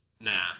Nah